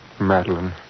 Madeline